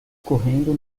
correndo